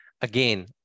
again